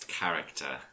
character